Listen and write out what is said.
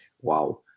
wow